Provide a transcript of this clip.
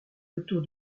autour